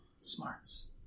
Smarts